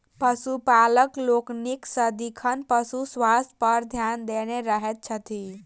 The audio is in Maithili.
पशुपालक लोकनि सदिखन पशु स्वास्थ्य पर ध्यान देने रहैत छथि